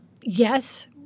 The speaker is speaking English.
Yes